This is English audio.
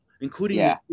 Including